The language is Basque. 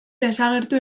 desagertu